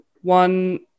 one